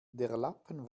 lappen